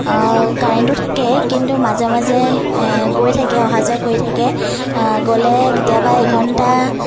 কাৰেন্টটো থাকে কিন্তু মাজে মাজে গৈ থাকে অহা যোৱা কৰি থাকে গ'লে কেতিয়াবা এঘন্টা